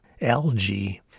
algae